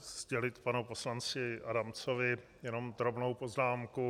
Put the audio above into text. sdělit panu poslanci Adamcovi jenom drobnou poznámku.